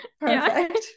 Perfect